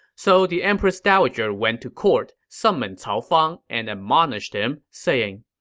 so the empress dowager went to court, summoned cao fang, and admonished him, saying,